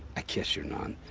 i guess you're not.